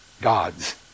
God's